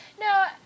No